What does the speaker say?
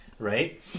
Right